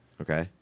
Okay